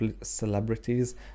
celebrities